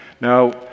Now